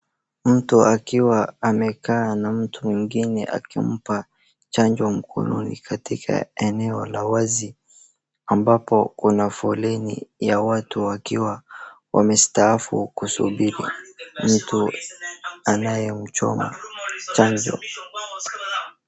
Mtu akiwa amekaa na mtu mwingine na mtu mwingine akimpa chanjo mkononi katika eneo la wazi, ambapo kuna foleni ya watu wakiwa wamestaafu kusubiri mtu anayemchoma chanjo.